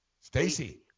Stacy